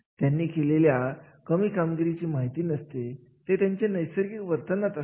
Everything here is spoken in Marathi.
अशा प्रकारे एखाद्या कार्याच्या मूल्यमापनाची प्रक्रिया ठरत असते